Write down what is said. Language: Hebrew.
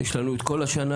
יש לנו את כל השנה,